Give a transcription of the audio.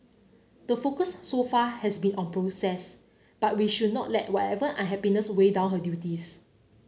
the focus so far has been on process but we should not let whatever unhappiness weigh down her duties